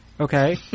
okay